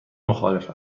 مخالف